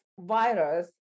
virus